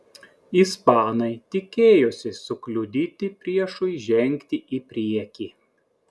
ispanai tikėjosi sukliudyti priešui žengti į priekį